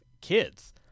kids